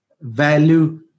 value